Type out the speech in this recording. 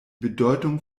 bedeutung